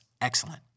excellent